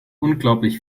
unglaublich